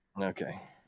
Okay